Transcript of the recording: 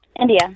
India